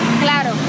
Claro